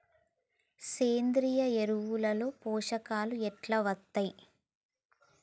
సేంద్రీయ ఎరువుల లో పోషకాలు ఎట్లా వత్తయ్?